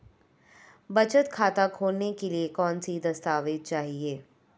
बचत खाता खोलने के लिए कौनसे दस्तावेज़ चाहिए?